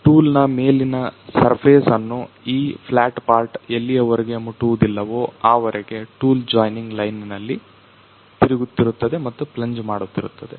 tool ನ ಮೇಲಿನ surface ಅನ್ನು ಈ ಫ್ಲಾಟ್ ಪಾರ್ಟ್ ಎಲ್ಲಿಯವರೆಗೆ ಮುಟ್ಟುವುದಿಲ್ಲವೋ ಆವರೆಗೆ ಟೂಲ್ ಜೋಯಿನಿಂಗ್ ಲೈನಿನಲ್ಲಿ ತಿರುಗುತ್ತಿರುತ್ತದೆ ಮತ್ತು ಪ್ಲನ್ಜ್ ಮಾಡುತ್ತಿರುತ್ತದೆ